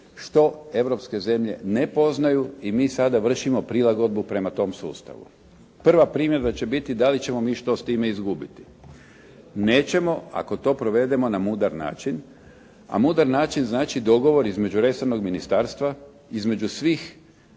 što europske zemlje ne poznaju i mi sada vršimo prilagodbu prema tom sustavu. Prva primjedba će biti da li ćemo mi što s time izgubiti? Nećemo, ako to provedemo na mudar način, a mudar način znači dogovor između resornog ministarstva između svih